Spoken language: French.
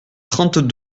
trente